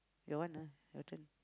your one ah your turn